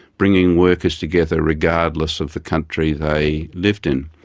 bringing workers together regardless of the country they lived in.